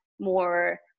more